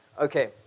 Okay